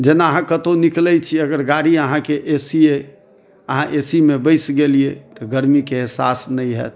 जेना अहाँ कतहुँ निकलैत छी अगर गाड़ी अहाँकेँ ए सी अछि अहाँ ए सी मे बैस गेलियै तऽ गरमीके एहसास नहि होयत